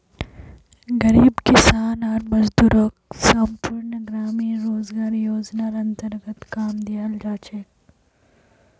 गरीब किसान आर मजदूरक संपूर्ण ग्रामीण रोजगार योजनार अन्तर्गत काम दियाल जा छेक